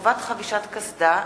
(חובת חבישת קסדה,